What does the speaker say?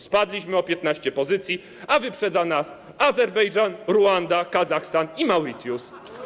Spadliśmy o 15 pozycji, a wyprzedzają nas Azerbejdżan, Ruanda, Kazachstan i Mauritius.